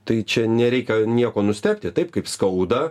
tai čia nereikia nieko nustebti taip kaip skauda